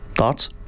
Thoughts